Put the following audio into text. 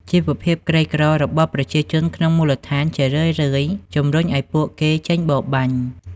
ជីវភាពក្រីក្ររបស់ប្រជាជនក្នុងមូលដ្ឋានជារឿយៗជំរុញឱ្យពួកគេចេញបរបាញ់។